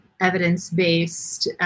evidence-based